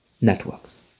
networks